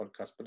podcast